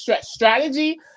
strategy